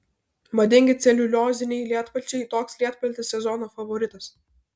madingi celiulioziniai lietpalčiai toks lietpaltis sezono favoritas